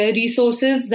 resources